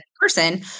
person